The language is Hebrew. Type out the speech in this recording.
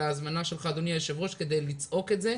ההזמנה שלך אדוני היו"ר כדי לצעוק את זה.